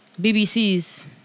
BBCs